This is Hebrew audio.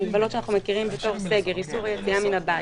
המגבלות שאנחנו מכירים כסגר, איסור היציאה מהבית.